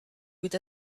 with